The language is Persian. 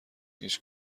هیچ